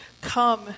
come